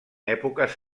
èpoques